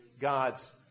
God's